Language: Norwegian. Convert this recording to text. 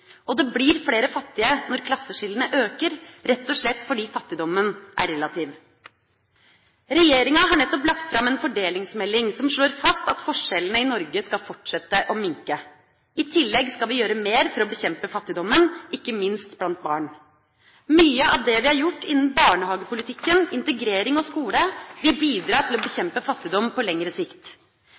Og det blir flere fattige når klasseskillene øker, rett og slett fordi fattigdommen er relativ. Regjeringa har nettopp lagt fram en fordelingsmelding som slår fast at forskjellene i Norge skal fortsette å minke. I tillegg skal vi gjøre mer for å bekjempe fattigdommen – ikke minst blant barn. Mye av det vi har gjort innen barnehagepolitikken, integrering og skole, vil bidra til å bekjempe fattigdom på lengre sikt.